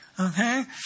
Okay